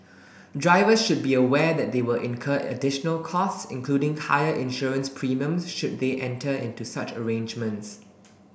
drivers should be aware that they will incur additional costs including higher insurance premiums should they enter into such arrangements